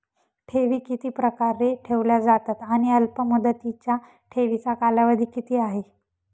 ठेवी किती प्रकारे ठेवल्या जातात आणि अल्पमुदतीच्या ठेवीचा कालावधी किती आहे?